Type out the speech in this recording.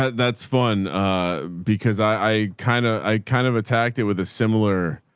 that's fun because i, i kinda, i kind of attacked it with a similar,